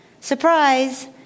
Surprise